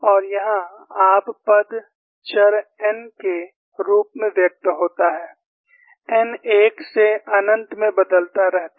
और यहाँ आप पद चर n के रूप में व्यक्त होता है n 1 से अनंत में बदलता रहता है